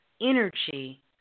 energy